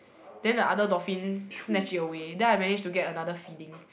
then the other dolphin snatch it away then I managed to get another feeding